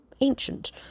ancient